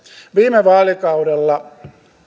viime vaalikaudella